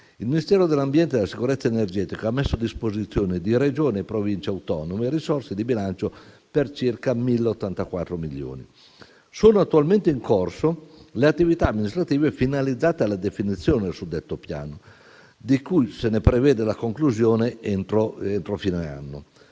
il Ministero dell'ambiente e della sicurezza energetica ha messo a disposizione di Regioni e Province autonome risorse di bilancio per circa 1.084 milioni. Sono attualmente in corso le attività amministrative finalizzate alla definizione del suddetto Piano, di cui si prevede la conclusione entro fine anno.